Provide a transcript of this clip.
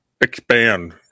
expand